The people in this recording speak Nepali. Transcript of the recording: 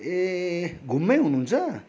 ए घुममै हुनुहुन्छ